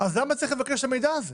למה צריך לבקש את המידע הזה?